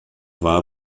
war